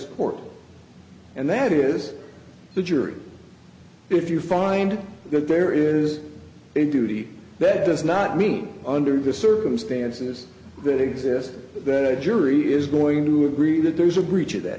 court and that is the jury if you find but there is a duty that does not mean under the circumstances that exist that a jury is going to agree that there's a breach of that